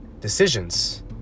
decisions